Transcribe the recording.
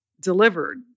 delivered